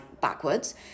backwards